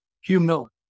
humility